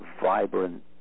vibrant